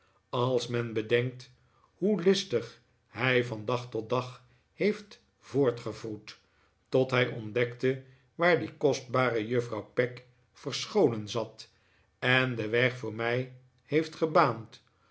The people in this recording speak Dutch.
als men bedenkt hoe listig hij van dag tot dag heeft voortgewroet tot hij ontdgkte waar die kostbare juffrouw peg verscholen zat en den weg voor mij heeft gebaand